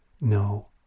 No